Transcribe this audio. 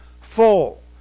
full